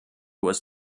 was